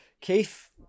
Keith